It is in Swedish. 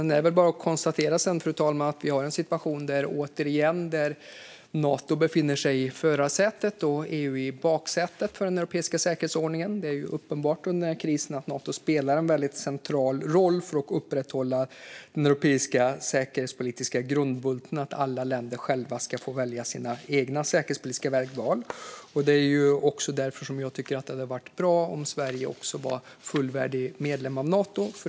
Det är väl bara att konstatera, fru talman, att vi har en situation där Nato befinner sig i förarsätet och EU i baksätet för den europeiska säkerhetsordningen. Det är ju uppenbart under denna kris att Nato spelar en väldigt central roll för att upprätthålla den europeiska säkerhetspolitiska grundbulten att alla länder själva ska få göra sina egna säkerhetspolitiska vägval. Det är också därför jag tycker att det hade varit bra om Sverige varit fullvärdig medlem av Nato.